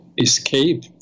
escape